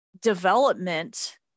development